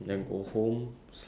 eh no school